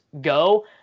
go